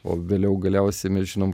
o vėliau galiausiai mes žinom